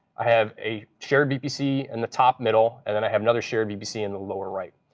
i have a shared vpc in the top middle. and then i have another shared vpc in the lower right.